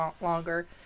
longer